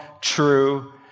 true